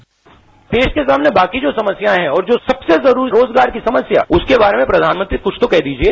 bite देश के सामने बाकी जो समस्याएं हैं और जो सबसे जरूरी रोजगार की समस्या है उसके बारे में प्रधानमंत्री कुछ तो कह दीजिए